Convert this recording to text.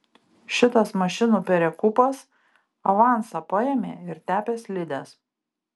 šitas mašinų perekūpas avansą paėmė ir tepė slides